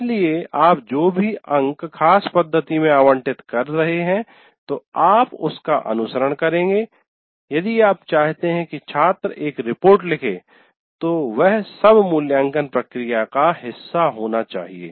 इसलिए आप जो भी अंक खास पद्धति में आवंटित कर रहे हैं तो आप उसका अनुसरण करेंगे यदि आप चाहते हैं कि छात्र एक रिपोर्ट लिखे तो वह सब मूल्यांकन प्रक्रिया का हिस्सा होना चाहिए